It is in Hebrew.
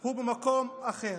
הוא במקום אחר.